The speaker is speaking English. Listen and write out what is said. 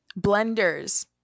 blenders